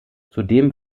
zudem